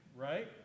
right